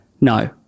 No